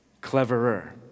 cleverer